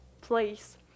place